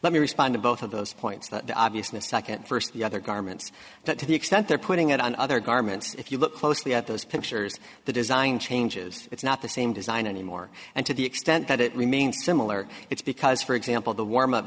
let me respond to both of those points the obvious mistake at first the other garments that to the extent they're putting it on other garments if you look closely at those pictures the design changes it's not the same design anymore and to the extent that it remains similar it's because for example the warm up